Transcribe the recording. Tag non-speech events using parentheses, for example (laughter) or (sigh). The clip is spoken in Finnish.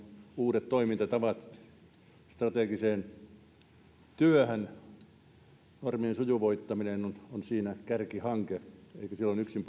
uudet strategisen työn toimintatavat normien sujuvoittaminen on siinä kärkihanke eikä silloin puhuta yksin (unintelligible)